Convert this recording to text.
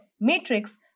Matrix